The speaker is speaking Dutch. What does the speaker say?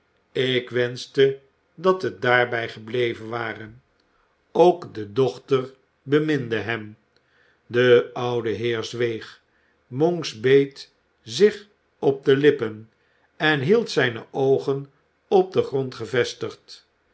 ik wenschte dat het daarbij gebleven ware ook de dochter beminde hem de oude heer zweeg monks beet zich op de lippen en hield zijne oogen op den grond gevestigd